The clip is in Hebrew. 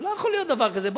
לא יכול להיות דבר כזה,